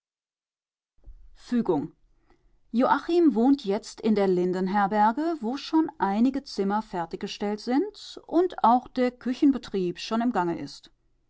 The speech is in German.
fügung joachim wohnt jetzt in der lindenherberge wo schon einige zimmer fertiggestellt sind und auch der küchenbetrieb schon im gange ist